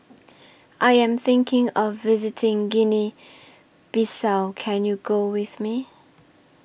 I Am thinking of visiting Guinea Bissau Can YOU Go with Me